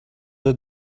der